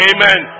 Amen